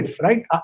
right